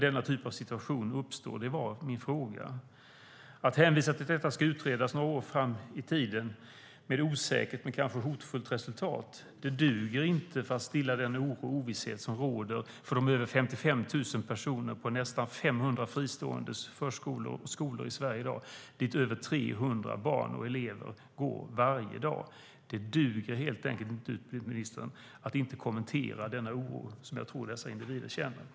Det var min fråga.